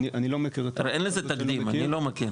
הרי אין לזה תקדים, אני לא מכיר.